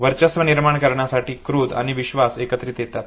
वर्चस्व निर्माण करण्यासाठी क्रोध आणि विश्वास एकत्रित येतात